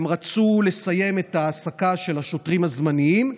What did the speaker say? וגם רצו לסיים את ההעסקה של השוטרים הזמניים.